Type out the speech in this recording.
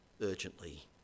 urgently